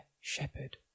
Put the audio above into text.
shepherd